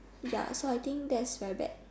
ya so I think that's very bad